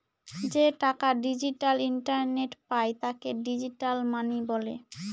যে টাকা ডিজিটাল ইন্টারনেটে পায় তাকে ডিজিটাল মানি বলে